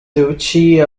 duchy